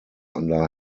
under